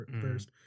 first